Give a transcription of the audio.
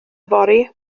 yfory